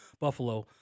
Buffalo